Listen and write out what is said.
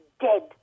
dead